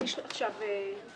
הגיש עכשיו מכתב.